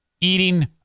eating